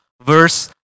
verse